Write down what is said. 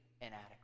inadequate